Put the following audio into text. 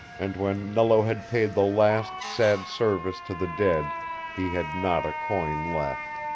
and when nello had paid the last sad service to the dead he had not a coin left.